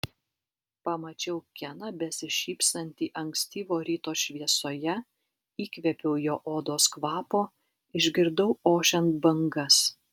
pamačiau keną besišypsantį ankstyvo ryto šviesoje įkvėpiau jo odos kvapo išgirdau ošiant bangas